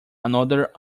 another